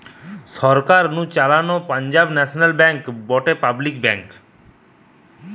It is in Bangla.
সরকার নু চালানো পাঞ্জাব ন্যাশনাল ব্যাঙ্ক গটে পাবলিক ব্যাঙ্ক